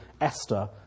Esther